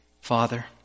Father